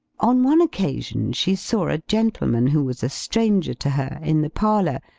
on one occasion she saw a gentleman who was a stranger to her, in the parlor,